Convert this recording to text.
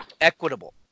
equitable